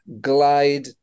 glide